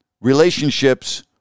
relationships